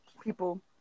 people